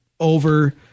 over